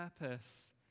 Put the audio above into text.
purpose